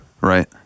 Right